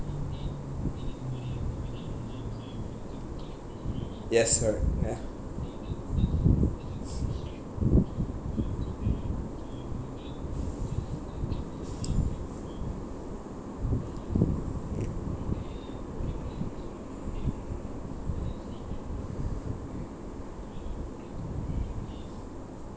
yes correct ya